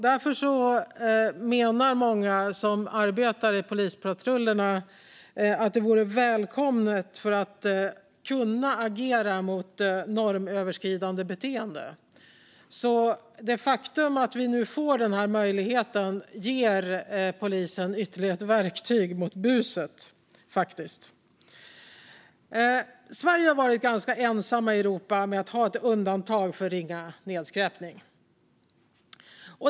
Därför menar många som arbetar i polispatrullerna att det vore välkommet för att kunna agera mot normöverskridande beteenden. Det faktum att vi nu får denna möjlighet ger polisen ytterligare ett verktyg mot buset. Sverige har varit ganska ensamt i Europa om att ha ett undantag för ringa nedskräpning.